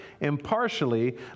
impartially